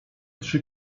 trzy